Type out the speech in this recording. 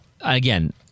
Again